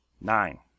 nine